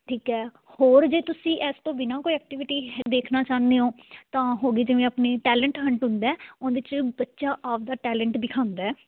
ਠੀਕ ਹੈ ਹੋਰ ਜੇ ਤੁਸੀਂ ਇਸ ਤੋਂ ਬਿਨਾਂ ਕੋਈ ਐਕਟੀਵਿਟੀ ਦੇਖਣਾ ਚਾਹੁੰਦੇ ਹੋ ਤਾਂ ਹੋ ਗਈ ਜਿਵੇਂ ਆਪਣੀ ਟੈਲੈਂਟਹੰਟ ਹੁੰਦਾ ਉਹਦੇ ਵਿੱਚ ਬੱਚਾ ਆਪਦਾ ਟੈਲੈਂਟ ਦਿਖਾਉਂਦਾ